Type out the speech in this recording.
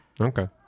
Okay